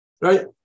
Right